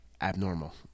abnormal